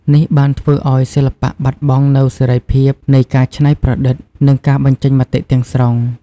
នេះបានធ្វើឱ្យសិល្បៈបាត់បង់នូវសេរីភាពនៃការច្នៃប្រឌិត និងការបញ្ចេញមតិទាំងស្រុង។